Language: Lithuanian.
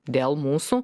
dėl mūsų